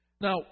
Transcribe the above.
Now